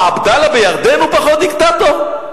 עבדאללה בירדן הוא פחות דיקטטור?